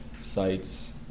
sites